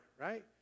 right